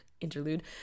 interlude